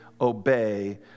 obey